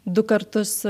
du kartus